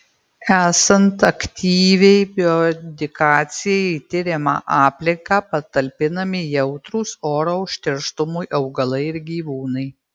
esant aktyviai bioindikacijai į tiriama aplinką patalpinami jautrūs oro užterštumui augalai ir gyvūnai